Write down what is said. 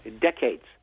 decades